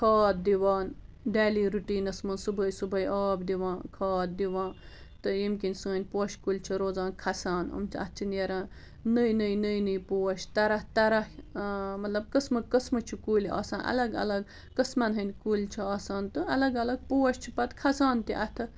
کھاد دِوان daily routines منٛز صُبحٲے صُبحٲے آب دِوان کھاد دِوان تہٕ ییٚمہِ کِنۍ سٲنۍ پوشہِ کُلۍ چھِ روزان کھسان یِم چھِ اَتھ چھِ نیران نٔے نٔے نٔے نٔے پوش طرح طرح مطلب قٕسمہٕ قٕسمہٕ چھِ کُلۍ آسان الگ الگ قٕسمَن ہٕنٛدۍ کُلی چھِ آسان تہٕ الگ الگ پوش چھِ پتہٕ کھسان تہِ اَتھٕ